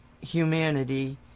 humanity